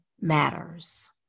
matters